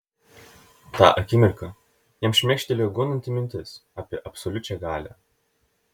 tą akimirką jam šmėkštelėjo gundanti mintis apie absoliučią galią